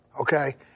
okay